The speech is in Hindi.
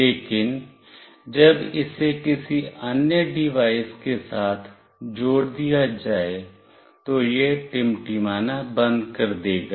लेकिन जब इसे किसी अन्य डिवाइस के साथ जोड़ दिया जाए तो यह टिमटिमाना बंद कर देगा